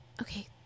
Okay